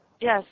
Yes